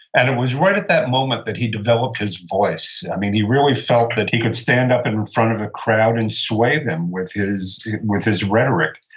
and it was right at that moment that he developed his voice. i mean, he really felt that he could stand up in front of a crowd and sway them with his with his rhetoric.